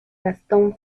gastón